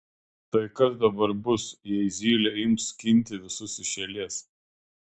tai kas dabar bus jei zylė ims skinti visus iš eilės